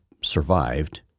survived